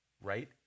right